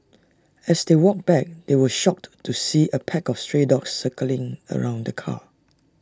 as they walked back they were shocked to see A pack of stray dogs circling around the car